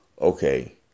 okay